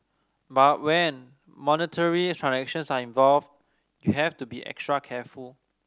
but when monetary transactions are involved you have to be extra careful